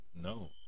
No